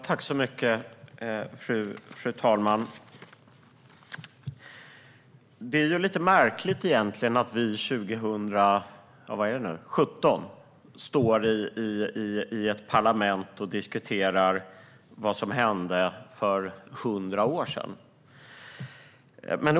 Fru talman! Det är ju lite märkligt att vi 2017 i ett parlament diskuterar vad som hände för 100 år sedan.